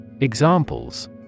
Examples